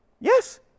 Yes